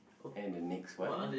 and the next one